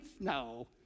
No